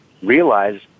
realize